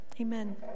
Amen